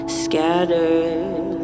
scattered